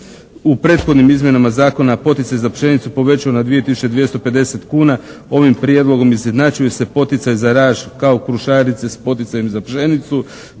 u prethodnim izmjenama Zakona poticaj za pšenicu povećao na 2 tisuće 250 kuna, ovim Prijedlogom izjednačuje se poticaj za raž kao krušarice s poticajem za pšenicu.